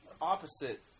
opposite